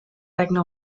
regne